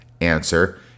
answer